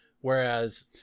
Whereas